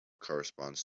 corresponds